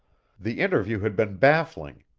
the interview had been baffling,